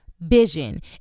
vision